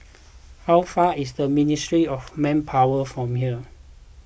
how far away is Ministry of Manpower from here